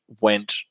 went